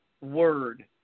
word